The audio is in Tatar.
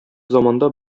заманда